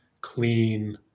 clean